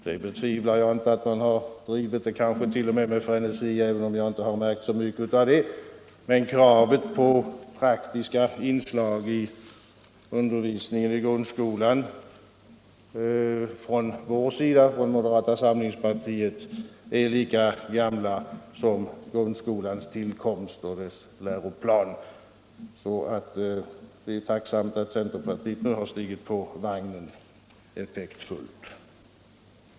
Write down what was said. Jag betvivlar inte att man drivit den frågan med frenesi, även om jag inte märkt så mycket av det, men kravet på praktiska inslag i undervisningen i grundskolan från moderata samlingspartiets sida är lika gammalt som grundskolan och dess läroplan. Vi är tacksamma för att centerpartiet nu har stigit på vagnen effektfullt.